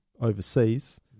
overseas